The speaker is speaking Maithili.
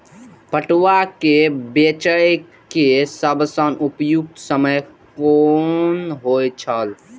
पटुआ केय बेचय केय सबसं उपयुक्त समय कोन होय छल?